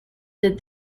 did